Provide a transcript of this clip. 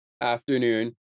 afternoon